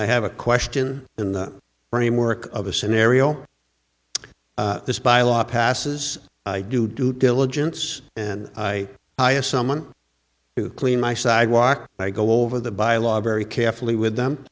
i have a question in the framework of a scenario this by law passes i do due diligence and i i have someone who clean my sidewalk i go over the by law very carefully with them